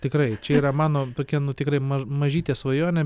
tikrai čia yra mano tokia nu tikrai mano ma mažytė svajonė